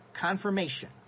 confirmation